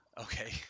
Okay